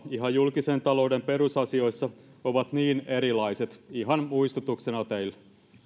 ihan julkisen talouden perusasioissa ovat niin erilaiset ihan muistutuksena teille